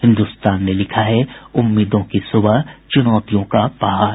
हिन्दुस्तान ने लिखा है उम्मीदों की सुबह चुनौतियों का पहाड़